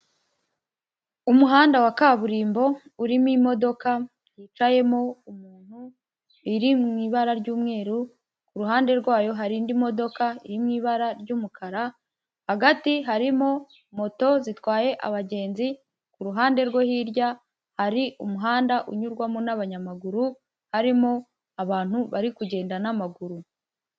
Umuhanda wa kaburimbo, urimo imodoka yicayemo umuntu iri mu ibara ry'umweru, ku ruhande rwayo hari indi modoka iri mu ibara ry'umukara; hagati harimo moto zitwaye abagenzi, ku ruhande rwo hirya hari umuhanda unyurwamo n'abanyamaguru, harimo abantu bari kugenda n'amaguru.